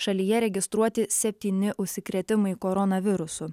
šalyje registruoti septyni užsikrėtimai koronavirusu